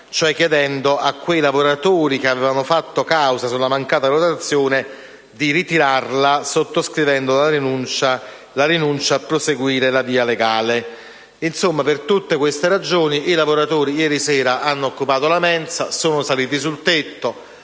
cioè chiedendo a quei lavoratori che avevano fatto causa sulla mancata rotazione, di ritirarla, sottoscrivendo la rinuncia a proseguire la via legale. Per tutte queste ragioni, ieri sera i lavoratori hanno occupato la mensa, sono saliti sul tetto